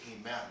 Amen